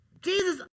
Jesus